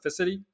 specificity